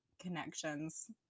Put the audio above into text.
connections